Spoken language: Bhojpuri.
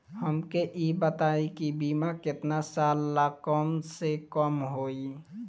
हमके ई बताई कि बीमा केतना साल ला कम से कम होई?